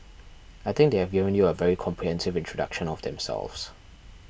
I think they have given you a very comprehensive introduction of themselves